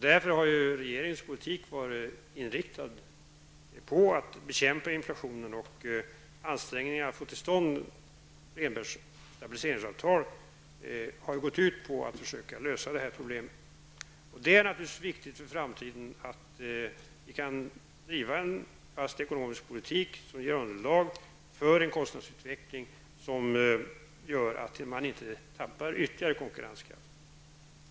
Därför har regeringens politik varit inriktad på att bekämpa inflationen. Ansträngningarna för att få till stånd ett stabiliseringavtal har gått ut på att försöka lösa dessa problem. Det är naturligtvis viktigt för framtiden att vi kan driva en fast ekonomisk politik, som ger underlag för en kostnadsutveckling som gör att vi inte tappar ytterligare konkurrenskraft.